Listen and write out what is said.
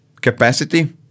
capacity